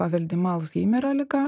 paveldima alzheimerio liga